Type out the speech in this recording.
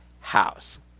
house